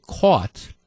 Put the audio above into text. caught